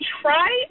try